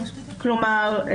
כלומר,